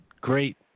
great